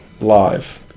live